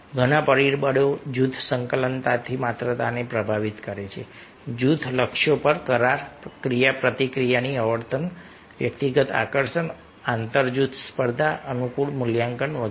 ઘણા પરિબળો જૂથ સંકલનતાની માત્રાને પ્રભાવિત કરે છે જૂથ લક્ષ્યો પર કરાર ક્રિયાપ્રતિક્રિયાની આવર્તન વ્યક્તિગત આકર્ષણ આંતર જૂથ સ્પર્ધા અનુકૂળ મૂલ્યાંકન વગેરે